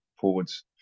forwards